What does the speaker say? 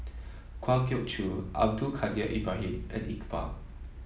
Kwa Geok Choo Abdul Kadir Ibrahim and Iqbal